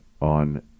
On